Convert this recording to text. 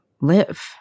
live